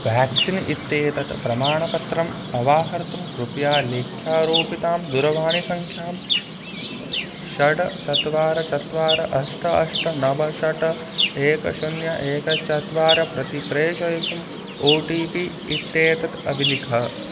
vaccine इत्येतत् प्रमाणपत्रम् अवाहर्तुं कृप्या लेख्यारोपितां दुरवाणीसङ्ख्यां षट् चत्वारि चत्वारि अष्ट अष्ट नव षट् एकं शून्यं एकं चत्वारि प्रति प्रेषयितुम् ओ टि पि इत्येतत् अभिलिख